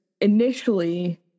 initially